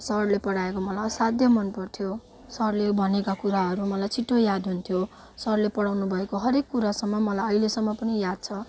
सरले पढाएको मलाई असाध्य मन पर्थ्यो सरले भनेका कुराहरू मलाई छिट्टो याद हुन्थ्यो सरले पढाउनु भएको हरेक कुरा अहिलेसम्म पनि याद छ र